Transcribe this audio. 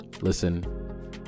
Listen